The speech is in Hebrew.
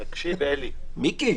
מיקי,